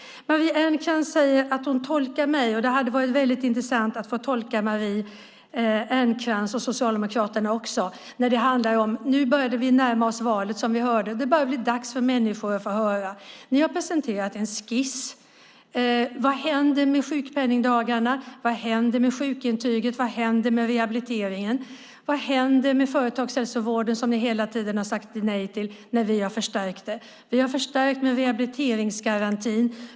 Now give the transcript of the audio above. Matilda Ernkrans säger att hon tolkar mig, och det hade varit väldigt intressant att få tolka Matilda Ernkrans och Socialdemokraterna också. Nu börjar vi som vi hörde att närma oss valet, och det börjar bli dags för människor att få höra. Ni har presenterat en skiss. Vad händer med sjukpenningdagarna? Vad händer med sjukintyget? Vad händer med rehabiliteringen? Vad händer med företagshälsovården som ni hela tiden har sagt nej till när vi har förstärkt den? Vi har förstärkt med rehabiliteringsgarantin.